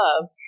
love